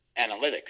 analytics